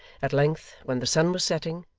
at length, when the sun was setting,